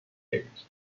page